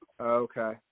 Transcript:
Okay